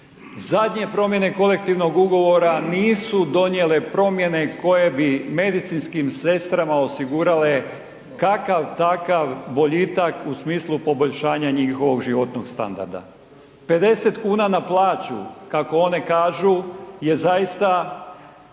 Zadnje promjene kolektivnog ugovora nisu donijele promjene koje bi medicinskim sestrama osigurale kakav takav boljitak u smislu poboljšanja njihovog životnog standarda. 50 kuna na plaću kako one kažu je zaista